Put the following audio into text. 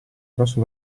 grosso